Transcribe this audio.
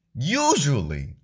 usually